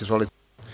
Izvolite.